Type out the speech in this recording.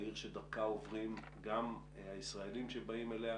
ועיר שדרכה עוברים גם הישראלים שבאים אליה,